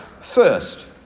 first